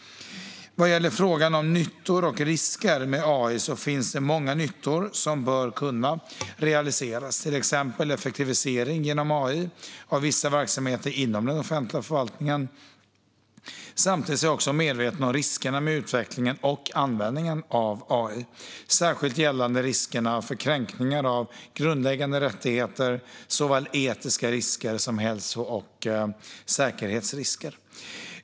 Vad gäller frågan om nyttor och risker med AI finns det många nyttor som bör kunna realiseras, till exempel effektivisering genom AI av vissa verksamheter inom den offentliga förvaltningen. Samtidigt är jag också medveten om riskerna med utvecklingen och användningen av AI, särskilt gällande riskerna för kränkningar av grundläggande rättigheter, och såväl etiska risker som hälso och säkerhetsrisker.